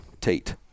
Tate